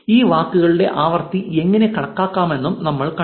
ഈ വാക്കുകളുടെ ആവൃത്തി എങ്ങനെ കണക്കാക്കാമെന്നും നമ്മൾ കണ്ടു